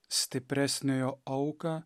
stipresniojo auką